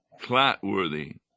Clatworthy